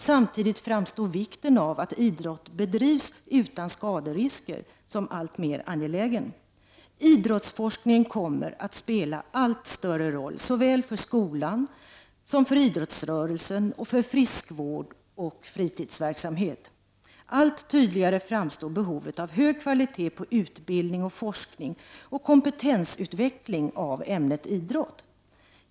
Samtidigt framstår vikten av att idrott bedrivs utan skaderisker som alltmer angelägen. Idrottsforskningen kommer att spela allt större roll, såväl för skolan som för idrottsrörelsen och för friskvård och fritidsverksamhet. Allt tydligare framstår behovet av hög kvalitet på utbildning, forskning och kompetensutveckling av ämnet idrott.